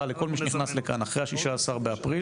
על כל מי שנכנס לכאן אחרי ה-16 באפריל,